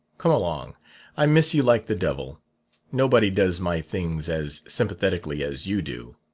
come along i miss you like the devil nobody does my things as sympathetically as you do.